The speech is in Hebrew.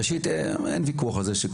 ראשית אין ויכוח על זה,